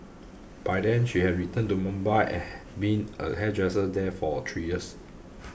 by then she had returned to Mumbai and been a hairdresser there for three years